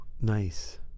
Nice